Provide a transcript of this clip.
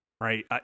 right